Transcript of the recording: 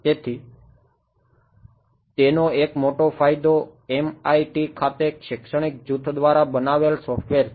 તેથી તેનો એક મોટો ફાયદો MIT ખાતે શૈક્ષણિક જૂથ દ્વારા બનાવેલ સોફ્ટવેર છે